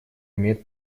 имеет